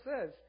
says